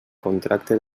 contracte